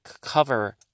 cover